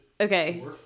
okay